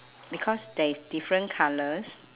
because there is different colours